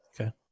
Okay